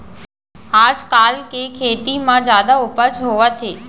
आजकाल के खेती म जादा उपज होवत हे